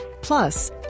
Plus